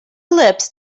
ellipse